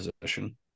position